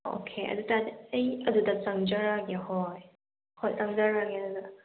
okay ꯑꯗꯨꯇꯔꯗꯤ ꯑꯩ ꯑꯗꯨꯗ ꯆꯪꯖꯔꯛꯑꯒꯦ ꯍꯣꯏ ꯍꯣꯏ ꯆꯪꯖꯔꯛꯑꯒꯦ ꯑꯗꯨꯗ